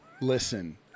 listen